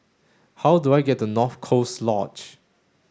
how do I get to North Coast Lodge